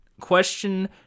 Question